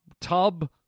tub